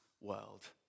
world